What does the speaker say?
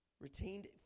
retained